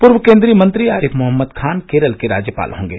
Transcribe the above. पूर्व केन्द्रीय मंत्री आरिफ मोहम्मद खान केरल के राज्यपाल होंगे